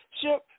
Ship